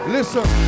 Listen